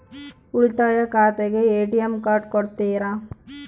ಉಳಿತಾಯ ಖಾತೆಗೆ ATM card ಕೊಡ್ತೇರಿ?